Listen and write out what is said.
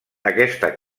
aquesta